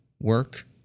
work